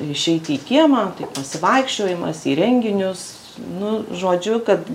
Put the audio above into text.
išeiti į kiemą tai pasivaikščiojimas į renginius nu žodžiu kad